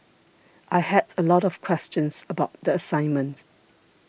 I had a lot of questions about the assignment